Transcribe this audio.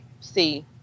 see